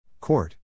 Court